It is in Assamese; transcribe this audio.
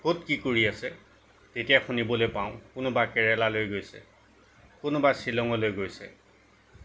ক'ত কি কৰি আছে তেতিয়া শুনিবলৈ পাওঁ কোনোবা কেৰেলালৈ গৈছে কোনোবা শ্বিলঙলৈ গৈছে